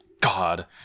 God